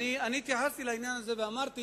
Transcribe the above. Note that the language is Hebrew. אדוני היושב-ראש, אני התייחסתי לעניין הזה ואמרתי